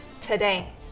today